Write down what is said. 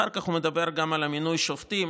אחר כך הוא מדבר גם על מינוי שופטים,